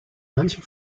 manche